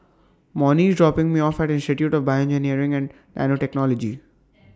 Monnie IS dropping Me off At Institute of Bioengineering and Nanotechnology